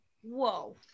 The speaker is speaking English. Whoa